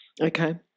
Okay